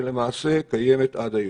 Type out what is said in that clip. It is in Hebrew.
שלמעשה קיימת עד היום.